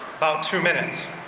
about two minutes.